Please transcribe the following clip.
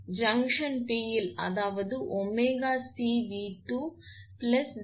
எனவே junction P இல் அதாவது 𝜔𝐶𝑉2 பிளஸ் 0